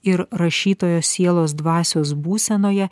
ir rašytojo sielos dvasios būsenoje